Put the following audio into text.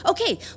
Okay